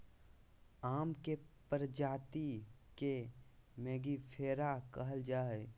आम के प्रजाति के मेंगीफेरा कहल जाय हइ